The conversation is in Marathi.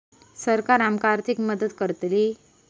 सरकार आमका आर्थिक मदत करतली?